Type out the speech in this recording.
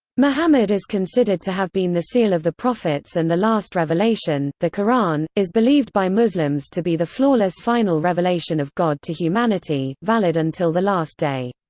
muhammad is considered to have been the seal of the prophets and the last revelation, the qur'an, is believed by muslims to be the flawless final revelation of god to humanity, valid until the last day.